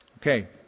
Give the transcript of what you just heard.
Okay